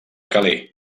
calais